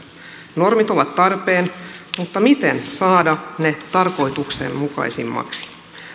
normit ovat tarpeen mutta miten saada ne tarkoituksenmukaisemmiksi